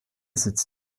sitz